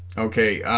okay